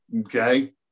Okay